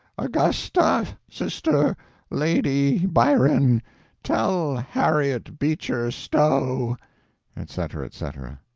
augusta sister lady byron tell harriet beecher stowe etc, etc,